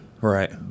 Right